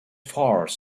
farce